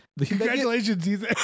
congratulations